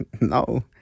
No